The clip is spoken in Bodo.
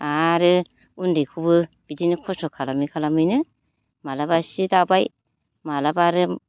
आरो उन्दैखौबो बिदिनो खस्थ' खालामै खालामैनो माब्लाबा सि दाबाय माब्लाबा आरो